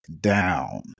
down